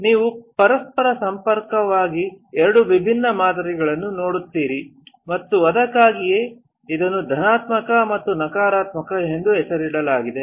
ನೀವು ಪರಸ್ಪರ ಸಂಪೂರ್ಣವಾಗಿ ಎರಡು ವಿಭಿನ್ನ ಮಾದರಿಗಳನ್ನು ನೋಡುತ್ತೀರಿ ಮತ್ತು ಅದಕ್ಕಾಗಿಯೇ ಇದನ್ನು ಧನಾತ್ಮಕ ಮತ್ತು ನಕಾರಾತ್ಮಕ ಎಂದು ಹೆಸರಿಸಲಾಗಿದೆ